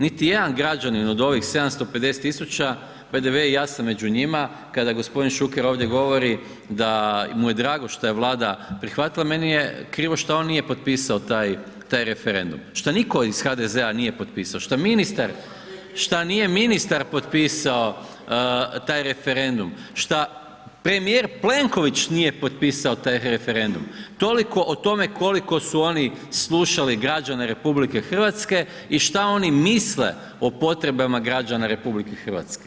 Niti jedan građanin od ovih 750 tisuća, btw. i ja sam među njima, kada gospodin Šuker ovdje govori da mu je drago što je Vlada prihvatila meni je krivo šta on nije potpisao taj, taj referendum, šta nitko iz HDZ-a nije potpisao, šta ministar, šta nije ministar potpisao taj referendum, šta premijer Plenković nije potpisao taj referendum, toliko o tome koliko su oni slušali građane RH i šta oni misle o potrebama građana RH.